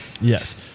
Yes